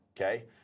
okay